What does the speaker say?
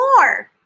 more